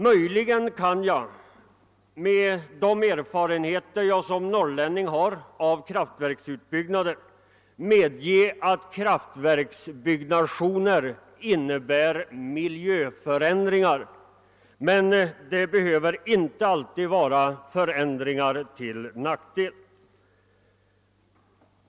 Möjligen kan jag — med de erfarenheter jag som norrlänning har av kraftverksutbyggnader — medge «att kraftverksbyggnationer innebär miljöförändringar. Men det behöver inte alltid vara förändringar till nackdel.